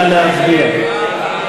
נא להצביע.